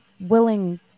willing